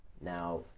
Now